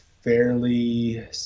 fairly